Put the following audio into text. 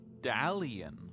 Dalian